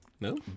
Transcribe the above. No